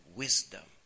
wisdom